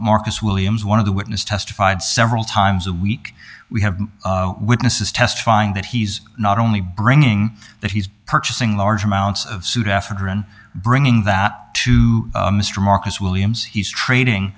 marcus williams one of the witness testified several times a week we have witnesses testifying that he's not on bringing that he's purchasing large amounts of suit after her and bringing that to mr marcus williams he's trading